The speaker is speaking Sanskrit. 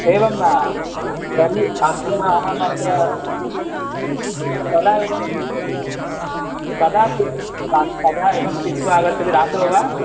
एवं वा तर्हि अद्य अहमत्र कदा एवं कदा क कदा एवं पीत्वा आगच्छति रात्रौ वा